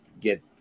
get